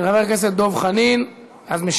חבר הכנסת דב חנין, תשובה והצבעה.